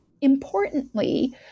importantly